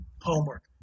homework